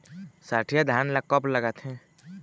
सठिया धान ला कब लगाथें?